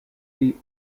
bhí